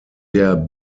der